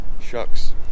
Shucks